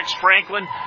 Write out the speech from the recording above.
Franklin